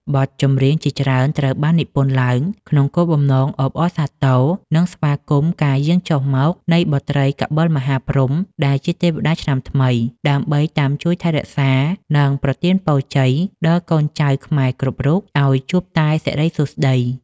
បទចម្រៀងជាច្រើនត្រូវបាននិពន្ធឡើងក្នុងគោលបំណងអបអរសាទរ និងស្វាគមន៍ការយាងចុះមកនៃបុត្រីកបិលមហាព្រហ្ម ដែលជាទេវតាឆ្នាំថ្មីដើម្បីតាមជួយថែរក្សា និងប្រទានពរជ័យដល់កូនចៅខ្មែរគ្រប់រូបឱ្យជួបតែសិរីសួស្ដី។